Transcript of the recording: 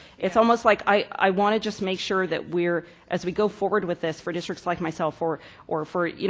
it's almost like i want to just make sure that we're as we go forward with this for districts like myself or or for, you